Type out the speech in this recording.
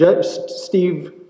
Steve